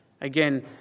Again